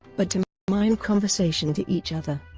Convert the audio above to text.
but to mime conversation to each other.